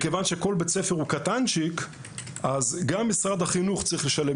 מכיוון שכל בית ספר הוא קטן אז גם משרד החינוך צריך לשלם